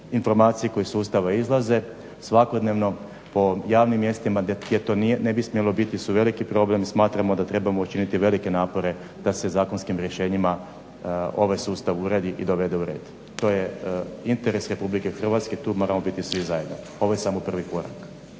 Informacije koje iz sustava izlaze svakodnevno po javnim mjestima gdje to ne bi smjelo biti su veliki problem i smatramo da trebamo učiniti velike napore da se zakonskim rješenjima ovaj sustav uredi i dovede u red. To je interes RH, tu moramo biti svi zajedno. Ovo je samo prvi korak.